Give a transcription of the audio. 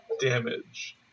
damage